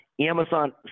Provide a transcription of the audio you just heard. Amazon